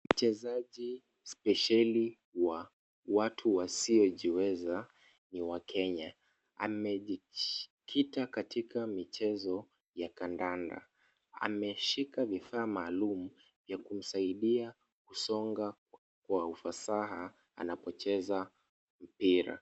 Mchezaji spesheli wa watu wasiojiweza ,ni wa Kenya. Amejisikita katika michezo ya kandanda. Ameshika vifaa maalum vya kumsaidia kusonga kwa ufasaha ,anapocheza mpira.